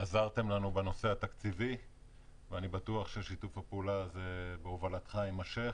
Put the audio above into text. עזרתם לנו בנושא התקציבי ואני בטוח ששיתוף הפעולה הזה בהובלתך יימשך.